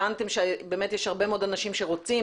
הבנתם שיש הרבה אנשים שרוצים,